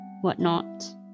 whatnot